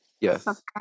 yes